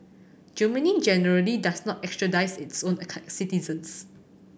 Germany generally does not extradite its own citizens